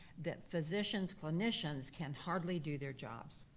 that physicians, clinicians can hardly do their jobs.